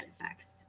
effects